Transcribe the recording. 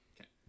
Okay